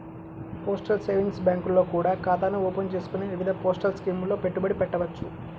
postal savings బ్యాంకుల్లో కూడా ఖాతాను ఓపెన్ చేసుకొని వివిధ పోస్టల్ స్కీముల్లో పెట్టుబడి పెట్టవచ్చు